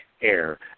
AIR